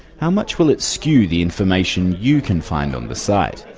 how much will it skew the information you can find on the site?